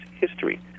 history